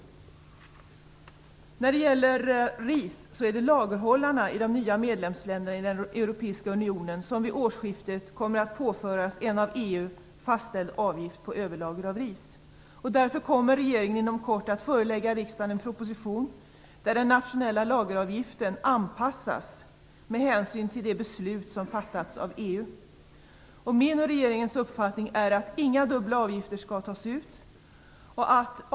När det gäller ris är det lagerhållarna i de nya medlemsländerna i den europeiska unionen som vid årsskiftet kommer att påföras en av EU fastställd avgift på överlager av ris. Därför kommer regeringen inom kort att förelägga riksdagen en proposition där den nationella lageravgiften anpassas med hänsyn till det beslut som fattats av EU. Min och regeringens uppfattning är att inga dubbla avgifter skall tas ut.